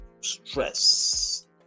stress